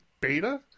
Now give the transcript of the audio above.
beta